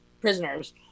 prisoners